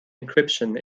encryption